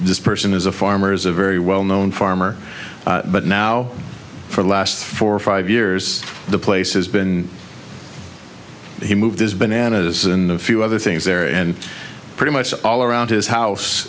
this person is a farmers a very well known farmer but now for the last four or five years the place has been he moved his bananas in the few other things there and pretty much all around his house